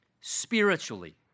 spiritually